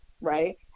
right